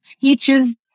teaches